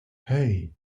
hey